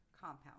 compound